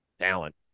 Talent